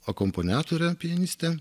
akompaniatore pianiste